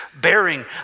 bearing